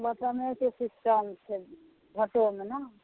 बटमेके system छै वोटोमे नहि